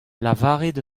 lavarit